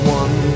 one